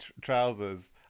trousers